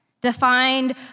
defined